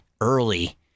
early